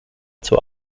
zur